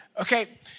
Okay